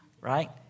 right